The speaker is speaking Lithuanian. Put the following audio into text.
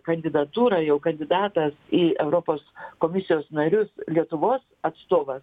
kandidatūra jau kandidatas į europos komisijos narius lietuvos atstovas